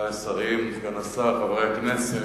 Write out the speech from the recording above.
חברי השרים, סגן השר, חברי הכנסת,